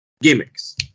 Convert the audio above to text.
Gimmicks